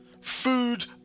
food